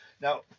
Now